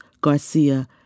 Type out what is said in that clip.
Garcia